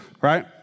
right